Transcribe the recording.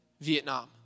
Vietnam